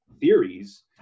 theories